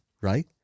right